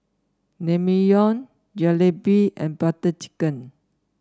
Naengmyeon Jalebi and Butter Chicken